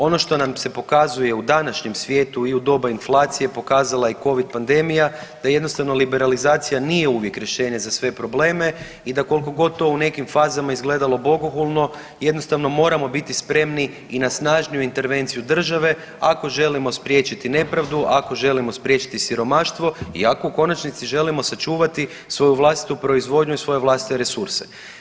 Ono što nam se pokazuje u današnjem svijetu i u doba inflacije pokazala je i covid pandemija, da jednostavno liberalizacija nije uvijek rješenje za sve probleme i da kolikogod to u nekim fazama izgledalo bogohulno jednostavno moramo biti spremni i na snažniju intervenciju države ako želimo spriječiti nepravdu, ako želimo spriječiti siromaštvo i ako u konačnici želimo sačuvati svoju vlastitu proizvodnju i svoje vlastite resurse.